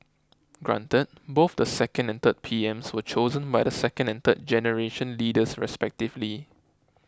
granted both the second and third PMs were chosen by the second and third generation leaders respectively